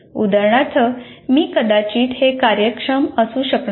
उदाहरणार्थ मी कदाचित हे कार्यक्षम करू शकणार नाही